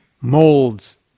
molds